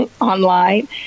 online